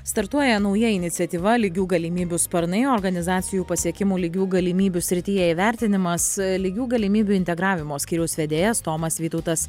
startuoja nauja iniciatyva lygių galimybių sparnai organizacijų pasiekimų lygių galimybių srityje įvertinimas lygių galimybių integravimo skyriaus vedėjas tomas vytautas